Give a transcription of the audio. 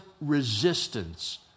resistance